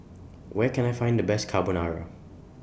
Where Can I Find The Best Carbonara